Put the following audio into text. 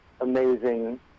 amazing